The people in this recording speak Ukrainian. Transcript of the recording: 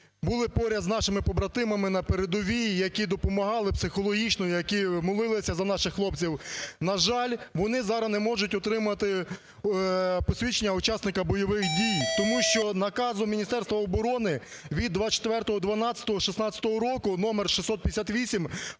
були поряд з нашими побратимами на передовій, які допомагали психологічно, які молилися за наших хлопців. На жаль, вони зараз не можуть отримати посвідчення учасника бойових дій, тому що Наказом Міністерством оборони від 24.12.16 року № 658